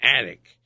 attic